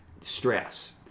stress